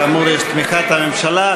כאמור, יש תמיכת הממשלה.